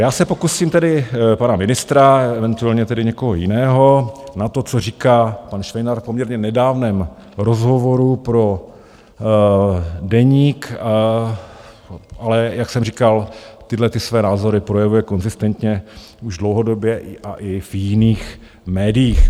Já se pokusím tedy pana ministra, eventuálně tedy někoho jiného na to, co říká pan Švejnar poměrně v nedávném rozhovoru pro Deník, ale jak jsem říkal, tyhlety své názory projevuje konzistentně už dlouhodobě a i v jiných médiích.